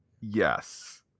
Yes